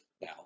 now